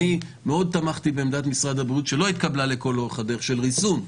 אני מאוד תמכתי בעמדת משרד הבריאות שלא התקבלה לכל אורך הדרך של ריסון,